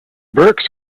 berks